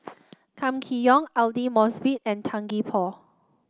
Kam Kee Yong Aidli Mosbit and Tan Gee Paw